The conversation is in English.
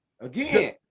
Again